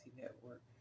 network